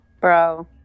bro